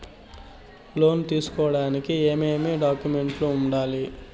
లోను తీసుకోడానికి ఏమేమి డాక్యుమెంట్లు ఉండాలి